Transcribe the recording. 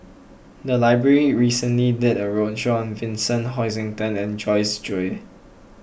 the library recently did a roadshow on Vincent Hoisington and Joyce Jue